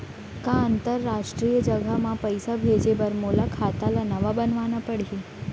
का अंतरराष्ट्रीय जगह म पइसा भेजे बर मोला खाता ल नवा बनवाना पड़ही?